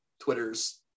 Twitter's